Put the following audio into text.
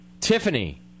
Tiffany